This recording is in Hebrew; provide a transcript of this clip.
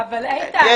איתן,